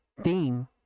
theme